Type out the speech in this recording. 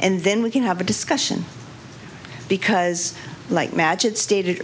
and then we can have a discussion because like magid stated